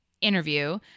interview